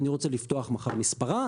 אם אני רוצה לפתוח מחר מספרה,